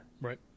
Right